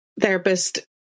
therapist